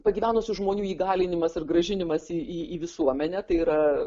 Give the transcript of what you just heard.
pagyvenusių žmonių įgalinimas ir grąžinimas į į visuomenę tai yra